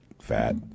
fat